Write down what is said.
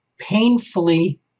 painfully